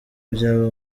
byaba